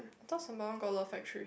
I thought Sembawang got a lot of factories